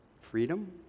freedom